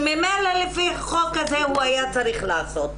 שממילא לפי החוק הזה הוא היה צריך לעשות.